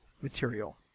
material